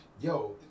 Yo